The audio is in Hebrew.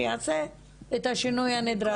שיעשה את השינוי הנדרש.